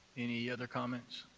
any other comments?